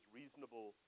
reasonable